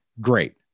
great